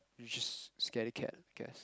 you're just scaredy cat I guess